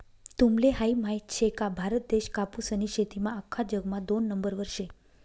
तुम्हले हायी माहित शे का, भारत देश कापूसनी शेतीमा आख्खा जगमा दोन नंबरवर शे